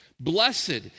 Blessed